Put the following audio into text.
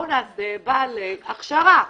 נעשה בעלי הכשרה.